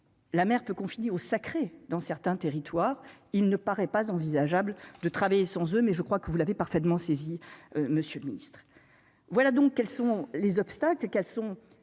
la mer peut confiner au sacré dans certains territoires, il ne paraît pas envisageable de travailler sans eux, mais je crois que vous l'avez parfaitement saisi monsieur le Ministre, voilà donc quels sont les obstacles et quels sont